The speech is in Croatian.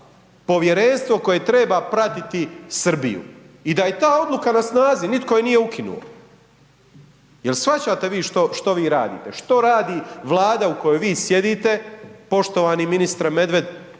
povjerenstvo koje treba pratiti Srbiju i da je ta odluka na snazi, nitko je nije ukinuo. Jel shvaćate vi što vi radite? Što radi Vlada u kojoj vi sjedite, poštovani ministre Medved?